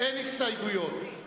אין הסתייגויות.